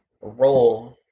role